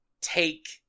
take